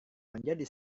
menjadi